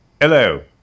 Hello